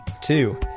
two